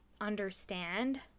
understand